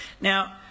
Now